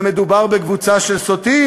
ומדובר בקבוצה של סוטים.